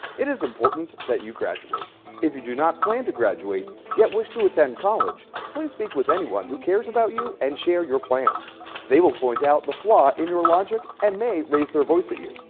it is important that you graduate if you do not plan to graduate yet wish to attend college will you speak with anyone who cares about you and share your plans they will point out the flaw in your logic and may raise their voice at you.